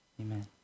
Amen